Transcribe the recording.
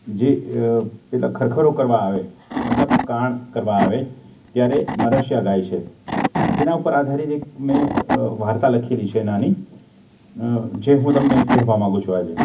જે પેલા ખરખરો કરવા આવે મતલબ કાણ કરવા આવે ત્યારે મરશિયા ગાય છે એના ઉપર આધારિત એક મેં વાર્તા લખેલી છે નાની જે હું તમને કહેવા માગું છું આજે